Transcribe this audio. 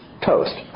toast